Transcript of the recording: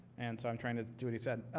and so, i'm trying to do what he said.